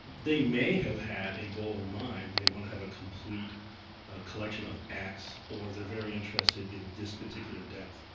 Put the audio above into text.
they may have had a goal in mind, they want to have a complete collection of x or they're very interested in this particular depth.